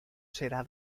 será